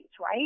right